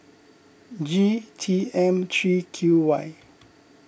G T M three Q Y